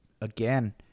again